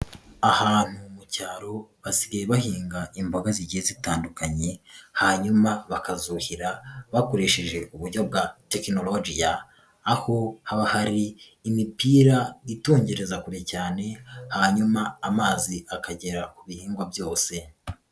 Ahantu mu cyaro basigaye bahinga imboga zigiye zitandukanye, hanyuma bakazuhira bakoresheje uburyo bwa tekinolojiya, aho haba hari imipira itungereza kure cyane hanyuma amazi akagera ku bihingwa byose.